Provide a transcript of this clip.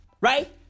right